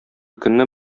көнне